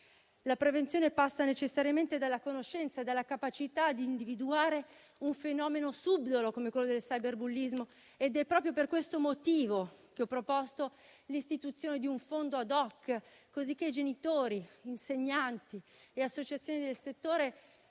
La prevenzione passa necessariamente dalla conoscenza e dalla capacità di individuare un fenomeno subdolo come quello del cyberbullismo. È proprio per questo motivo che ho proposto l'istituzione di un fondo *ad hoc*, così che genitori, insegnanti e associazioni del settore